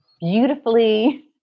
Beautifully